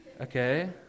okay